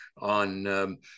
on